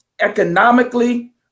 economically